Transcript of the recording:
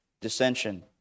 dissension